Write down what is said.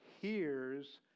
hears